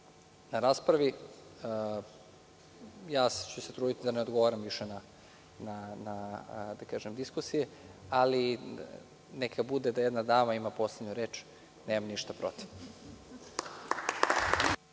na raspravi. Trudiću se da više ne odgovaram na diskusije, ali neka bude da jedna dama ima poslednju reč, nemam ništa protiv.